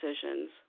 decisions